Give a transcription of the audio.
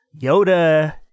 Yoda